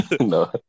No